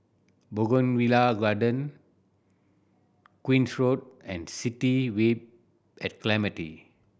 Bougainvillea Garden Queen's Road and City Vibe at Clementi